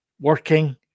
working